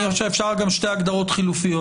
אני חושב שאפשר גם שתי הגדרות חילופיות.